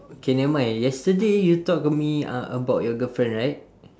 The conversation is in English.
okay never mind yesterday you talk to me ah about your girlfriend right